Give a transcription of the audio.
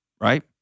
Right